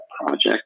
project